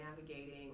navigating